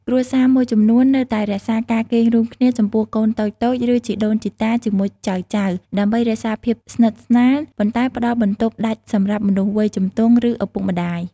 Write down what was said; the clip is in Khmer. គ្រួសារមួយចំនួននៅតែរក្សាការគេងរួមគ្នាចំពោះកូនតូចៗ ឬជីដូនជីតាជាមួយចៅៗ ដើម្បីរក្សាភាពស្និទ្ធស្នាល ប៉ុន្តែផ្តល់បន្ទប់ដាច់សម្រាប់មនុស្សវ័យជំទង់ ឬឪពុកម្តាយ។